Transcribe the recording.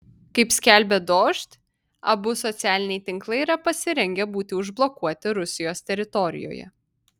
kaip skelbia dožd abu socialiniai tinklai yra pasirengę būti užblokuoti rusijos teritorijoje